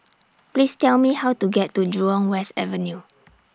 Please Tell Me How to get to Jurong West Avenue